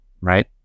right